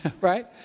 Right